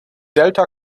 delta